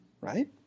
right